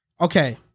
Okay